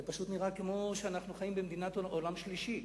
זה פשוט נראה כמו במדינת עולם שלישי.